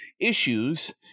issues